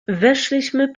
weszliśmy